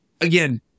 again